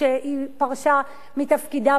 כשהיא פרשה מתפקידה,